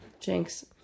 jinx